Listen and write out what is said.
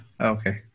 Okay